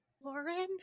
Lauren